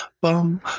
bum